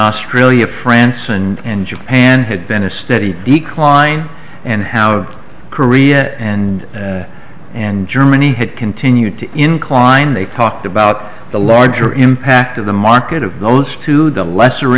australia france and japan had been a steady decline and how korea and and germany had continued to incline they talked about the larger impact of the market of bones to the lesser